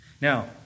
Now